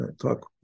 talk